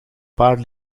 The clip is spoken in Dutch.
paar